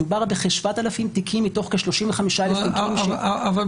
מדובר בכ-7,000 תיקים מתוך כ-35,000 תיקים --- בסיטואציה